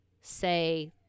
say